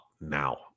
now